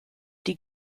die